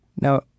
Now